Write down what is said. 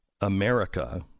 America